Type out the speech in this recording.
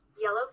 yellow